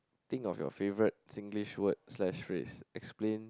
think of your favourite Singlish word slash phrase explain